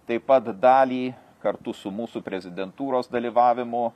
taip pat dalį kartu su mūsų prezidentūros dalyvavimu